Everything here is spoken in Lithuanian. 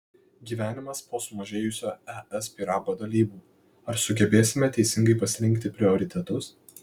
gyvenimas po sumažėjusio es pyrago dalybų ar sugebėsime teisingai pasirinkti prioritetus